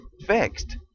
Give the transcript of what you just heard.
fixed